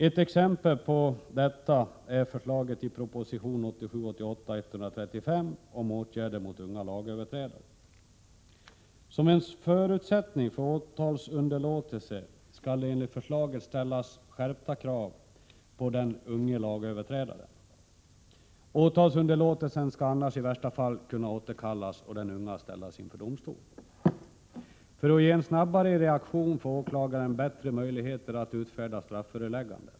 Ett exempel på detta är förslaget i proposition 1987/88:135 om åtgärder mot unga lagöverträdare. Som en förutsättning för åtalsunderlåtelse skall det enligt förslaget ställas skärpta krav på den unge lagöverträdaren. Åtalsunderlåtelsen skall annars i värsta fall kunna återkallas och den unge ställas inför domstol. För att ge en snabbare reaktion får åklagaren bättre möjligheter att utfärda strafföreläggande.